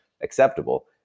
acceptable